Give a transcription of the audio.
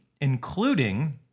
including